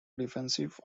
defensive